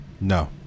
no